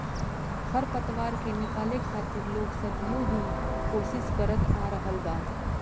खर पतवार के निकाले खातिर लोग सदियों ही कोशिस करत आ रहल बा